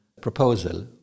proposal